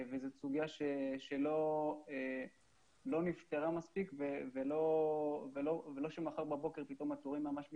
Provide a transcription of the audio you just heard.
זו סוגיה שלא נפתרה מספיק ולא שמחר בבוקר פתאום התורים ממש מתקצרים.